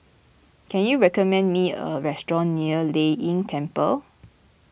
can you recommend me a restaurant near Lei Yin Temple